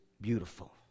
beautiful